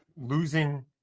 losing